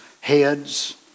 heads